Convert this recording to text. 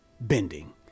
bending